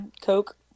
coke